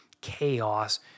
chaos